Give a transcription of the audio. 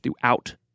throughout